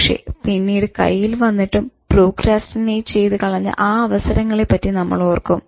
പക്ഷെ പിന്നീട് കയ്യിൽ വന്നിട്ടും പ്രോക്രാസ്റ്റിനെയ്റ്റ് ചെയ്ത് കളഞ്ഞ ആ അവസരങ്ങളെ പറ്റി നമ്മൾ ഓർക്കും